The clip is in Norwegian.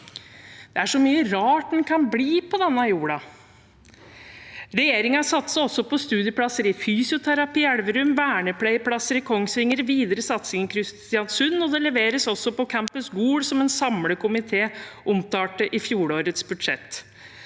Det er så mye rart en kan bli på denne jorden. Regjeringen satser også på studieplasser i fysioterapi i Elverum, vernepleierplasser i Kongsvinger, videre satsing i Kristiansund, det leveres også på Campus Gol, som en samlet komité omtalte i fjorårets budsjett,